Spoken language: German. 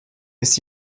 ist